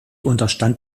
unterstand